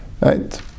Right